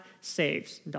Saves